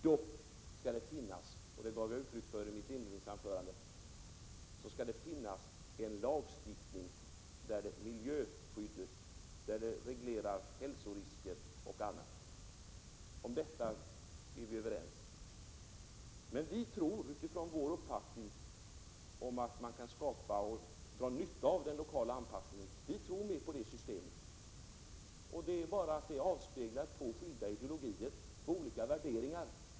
Det skall dock finnas en lag där miljöskydd, hälsorisker och annat regleras. Det gav jag också uttryck för i mitt inledningsanförande. Om detta är vi överens. Utifrån vår politiska uppfattning tror vi att det går att dra nytta av ett system med lokal anpassning. Här kommer två skilda ideologier och olika värderingar till uttryck. Det hyser jag respekt för.